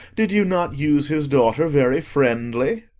did you not use his daughter very friendly?